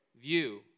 view